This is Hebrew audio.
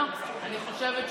מדובר על